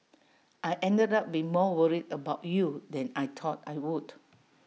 I ended up being more worried about you than I thought I would